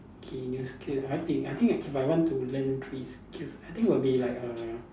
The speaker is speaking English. okay new skills I think I think if I want to learn three skills I think will be like err